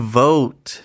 vote